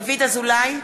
(קוראת בשמות חברי הכנסת) דוד אזולאי,